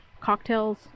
cocktails